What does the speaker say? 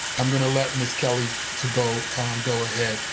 i'm going to let ms. kelly ah go go ahead.